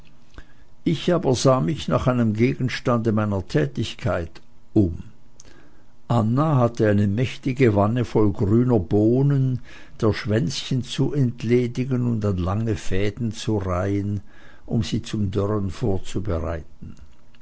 ich aber sah mich nach einem gegenstande meiner tätigkeit um anna hatte eine mächtige wanne voll grüner bohnen der schwänzchen zu entledigen und an lange fäden zu reihen um sie zum dörren vorzubereiten